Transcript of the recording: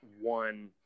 one